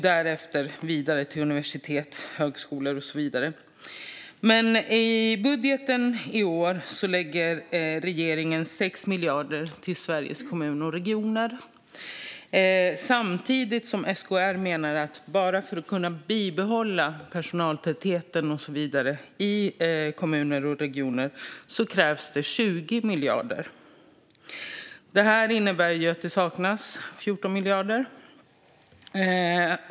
Därefter går man vidare till universitet, högskolor och så vidare. Men i budgeten i år lägger regeringen 6 miljarder till Sveriges kommuner och regioner, samtidigt som SKR menar att det krävs 20 miljarder bara för att kunna bibehålla personaltätheten i kommuner och regioner. Detta innebär att det saknas 14 miljarder.